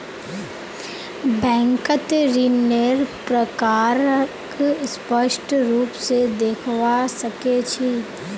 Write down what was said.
बैंकत ऋन्नेर प्रकारक स्पष्ट रूप से देखवा सके छी